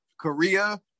Korea